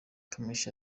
kamichi